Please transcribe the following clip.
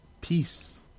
Peace